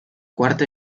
quarta